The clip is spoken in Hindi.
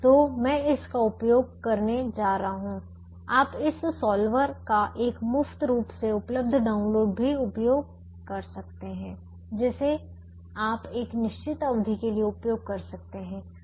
तो मैं इसका उपयोग करने जा रहा हूं आप इस सॉल्वर का एक मुफ्त रूप से उपलब्ध डाउनलोड भी उपयोग कर सकते हैं जिसे आप एक निश्चित अवधि के लिए उपयोग कर सकते हैं